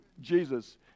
Jesus